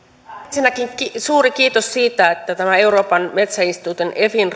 ensinnäkin suuri kiitos siitä että tämä euroopan metsäinstituutin efin